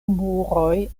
muroj